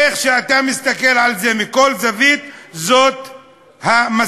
איך שאתה מסתכל על זה מכל זווית, זאת המסקנה.